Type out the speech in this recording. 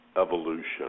evolution